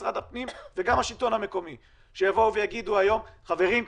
משרד הפנים וגם מהשלטון המקומי לבוא ולהגיד היום: חברים,